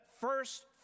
first